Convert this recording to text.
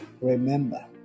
remember